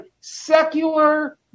secular